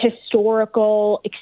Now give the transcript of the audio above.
historical